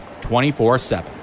24-7